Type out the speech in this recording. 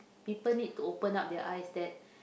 people need to open up their eyes that